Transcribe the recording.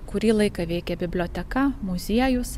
kurį laiką veikė biblioteka muziejus